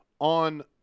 on